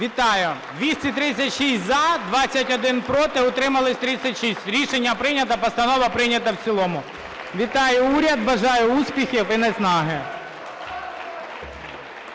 236 – за, 21 – проти, утрималися – 36. Рішення прийнято, постанова прийнята в цілому. Вітаю уряд, бажаю успіхів і наснаги.